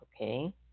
Okay